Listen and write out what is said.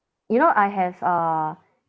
you know I have uh